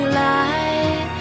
light